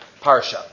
Parsha